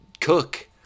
cook